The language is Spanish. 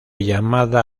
llamada